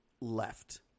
left